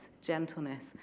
gentleness